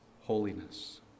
holiness